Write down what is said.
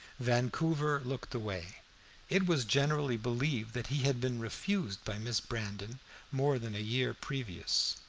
vancouver looked away it was generally believed that he had been refused by miss brandon more than a year previous.